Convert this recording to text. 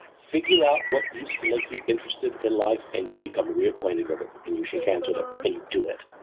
figure out what used to make you interested in life and you become reacquainted with it and you shake hands with it and you do it.